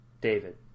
David